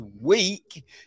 week